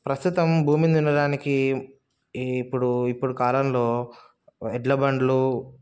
ప్రస్తుతం భూమిని దున్నడానికి ఇప్పుడు ఇప్పుడు కాలంలో ఎద్దుల బండ్లు